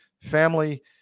family